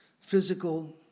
physical